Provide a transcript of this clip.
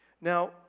Now